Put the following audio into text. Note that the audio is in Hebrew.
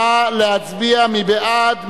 נא להצביע, מי בעד?